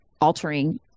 altering